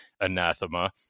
anathema